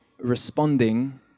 responding